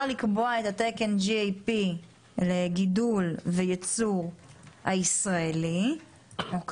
לקבוע את התקן GAP לגידול וייצור הישראלי אבל